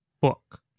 book